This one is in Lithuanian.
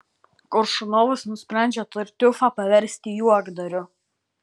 koršunovas nusprendžia tartiufą paversti juokdariu